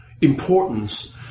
importance